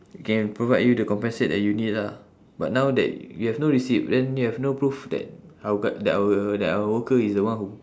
can provide you the compensate that you need lah but now that you have no receipt then you have no proof that our cu~ that our that our worker is the one who